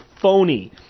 phony